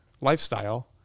lifestyle